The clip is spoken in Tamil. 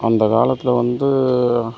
அந்த காலத்தில் வந்து